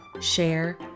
share